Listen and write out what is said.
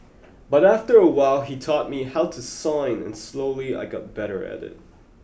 but after a while he taught me how to sign and slowly I got better at it